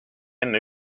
enne